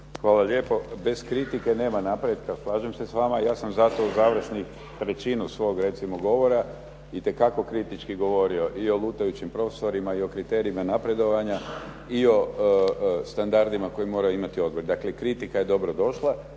Hvala lijepo. Bez kritike nema napretka, slažem se s vama. Ja sam zato u završni, trećinu recimo svog govora, itekako kritički govorio i o lutajućim profesorima i o kriterijima napredovanja i o standardima koje moraju imati … Dakle, kritika je dobro došla.